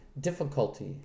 difficulty